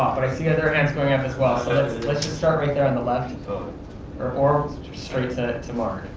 but i see other hands going up as well so let's and let's just start right there on the left or or straight to mark.